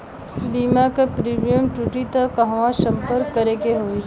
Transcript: बीमा क प्रीमियम टूटी त कहवा सम्पर्क करें के होई?